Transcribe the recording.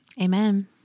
Amen